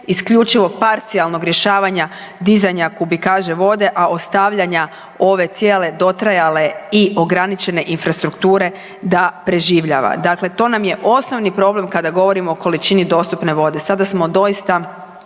isključivog parcijalnog rješavanja dizanja kubikaže vode, a ostavljanja ove cijele dotrajale i ograničene infrastrukture da preživljava, dakle to nam je osnovni problem kada govorimo o količini dostupne vode. Sada smo doista